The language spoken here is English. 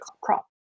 crop